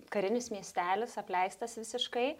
karinis miestelis apleistas visiškai